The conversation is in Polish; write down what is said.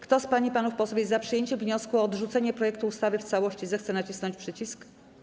Kto z pań i panów posłów jest za przyjęciem wniosku o odrzucenie projektu ustawy w całości, zechce nacisnąć przycisk.